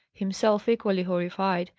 himself equally horrified,